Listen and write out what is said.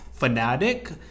Fnatic